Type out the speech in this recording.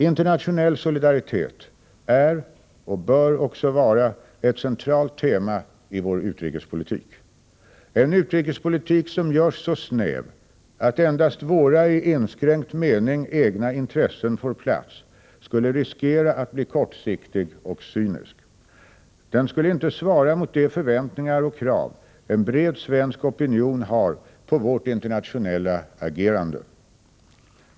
Internationell solidaritet är och bör också vara ett centralt tema i vår utrikespolitik. En utrikespolitik som görs så snäv att endast våra i inskränkt mening egna intressen får plats skulle riskera att bli kortsiktig och cynisk. Den skulle inte svara mot de förväntningar och krav en bred svensk opinion har på vårt internationella agerande.